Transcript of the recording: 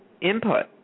input